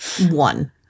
One